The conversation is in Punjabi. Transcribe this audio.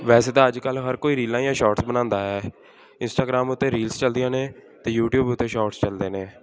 ਵੈਸੇ ਤਾਂ ਅੱਜ ਕੱਲ ਹਰ ਕੋਈ ਰੀਲਾਂ ਜਾਂ ਸ਼ੋਟਸ ਬਣਾਉਂਦਾ ਹੈ ਇੰਸਟਾਗ੍ਰਾਮ ਉੱਤੇ ਰੀਲਸ ਚੱਲਦੀਆਂ ਨੇ ਅਤੇ ਯੂਟਿਊਬ ਉੱਤੇ ਸ਼ੋਟਸ ਚੱਲਦੇ ਨੇ